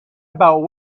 about